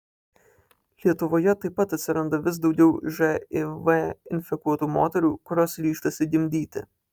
lietuvoje taip pat atsiranda vis daugiau živ infekuotų moterų kurios ryžtasi gimdyti